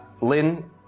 Lynn